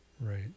Right